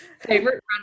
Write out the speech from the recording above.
Favorite